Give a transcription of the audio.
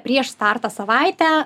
prieš startą savaitę